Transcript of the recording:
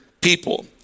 people